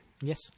yes